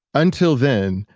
until then,